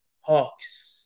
Hawks